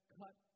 cut